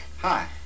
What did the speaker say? Hi